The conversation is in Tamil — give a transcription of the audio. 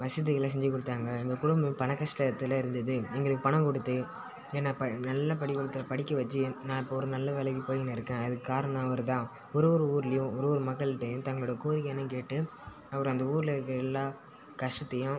வசதிகளை செஞ்சுக் கொடுத்தாங்க எங்கள் குடும்பம் பண கஷ்டத்தில் இருந்தது எங்களுக்கு பணம் கொடுத்து என்னை ப நல்லா படிக்க கொடுத்து படிக்க வச்சு நான் இப்போது ஒரு நல்ல வேலைக்கு போய்கின்னு இருக்கேன் அதுக்கு காரணம் அவர்தான் ஒரு ஒரு ஊர்லேயும் ஒரு ஒரு மக்கள்கிட்டையும் தங்களோட கோரிக்கை என்னென்னு கேட்டு அவர் அந்த ஊரில் இருக்கிற எல்லா கஷ்டத்தையும்